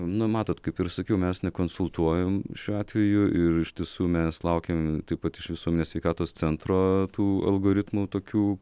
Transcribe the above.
nu matot kaip ir sakiau mes nekonsultuojam šiuo atveju ir iš tiesų mes laukiam taip pat iš visuomenės sveikatos centro tų algoritmų tokių